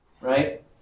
Right